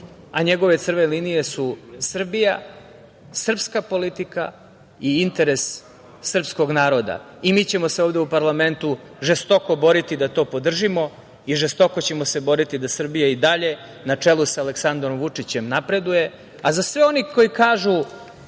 a njegove crvene linije su Srbija, srpska politika i interes srpskog naroda, i mi ćemo se ovde u parlamentu žestoko boriti da to podržimo i žestoko ćemo se boriti da Srbija i dalje na čelu sa Aleksandrom Vučićem napreduje.Za sve one koji kažu